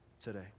today